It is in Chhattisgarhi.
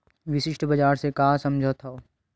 विशिष्ट बजार से का समझथव?